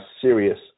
serious